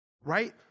Right